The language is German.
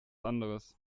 anderes